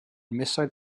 misoedd